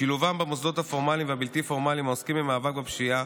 שילובם במוסדות הפורמליים והבלתי-פורמליים העוסקים במאבק בפשיעה,